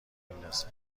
میندازه